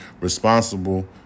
responsible